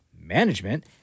management